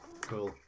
Cool